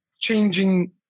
changing